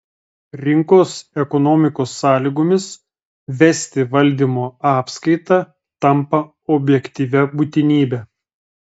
rinkos ekonomikos sąlygomis vesti valdymo apskaitą tampa objektyvia būtinybe